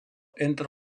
entre